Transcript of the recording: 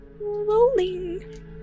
Rolling